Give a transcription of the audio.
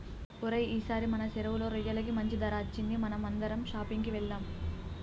ఓరై ఈసారి మన సెరువులో రొయ్యలకి మంచి ధర అచ్చింది మనం అందరం షాపింగ్ కి వెళ్దాం